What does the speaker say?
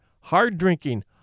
hard-drinking